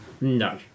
No